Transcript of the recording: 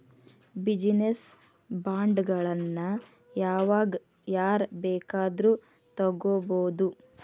Business ಬಾಂಡ್ಗಳನ್ನ ಯಾವಾಗ್ ಯಾರ್ ಬೇಕಾದ್ರು ತಗೊಬೊದು?